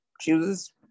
chooses